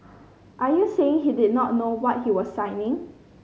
are you saying he did not know what he was signing